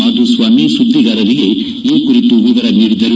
ಮಾಧುಸ್ವಾಮಿ ಸುದ್ದಿಗಾರರಿಗೆ ಈ ಕುರಿತು ವಿವರ ನೀಡಿದರು